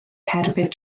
cerbyd